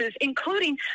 including